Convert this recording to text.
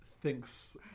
thinks